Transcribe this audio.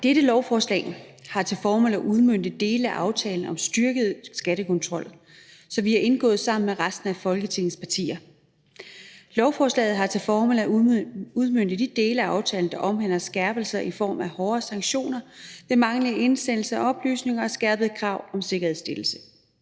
Det her lovforslag har til formål at udmønte dele af aftalen om styrket skattekontrol, som vi har indgået sammen med resten af Folketingets partier. Lovforslaget har til formål at udmønte de dele af aftalen, som omhandler skærpelser i form af hårdere sanktioner ved manglende indsendelse af oplysninger og i form af skærpede krav om sikkerhedsstillelse.